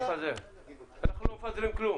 אנחנו לא מפזרים כלום.